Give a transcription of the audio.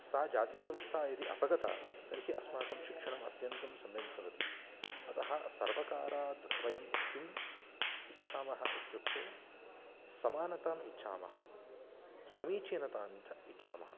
सा जातिव्यवस्था यदि अपगता तर्हि अस्माकं शिक्षणम् अत्यन्तं सम्यक् भवति अतः सर्वकारात् वयं किम् इच्छामः इत्युक्ते समानताम् इच्छामः समीचीनतां च इच्छामः